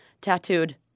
tattooed